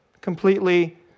completely